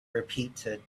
repeated